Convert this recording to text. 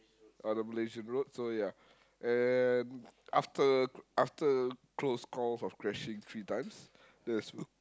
uh the Malaysian road so ya and after after close call of crashing three times that's